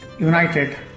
United